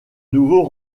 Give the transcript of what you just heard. nouveau